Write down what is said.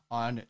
on